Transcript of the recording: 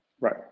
Right